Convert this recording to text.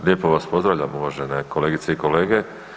Lijepo vas pozdravljam uvažene kolegice i kolege.